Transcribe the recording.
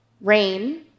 rain